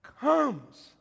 comes